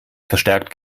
verstärkt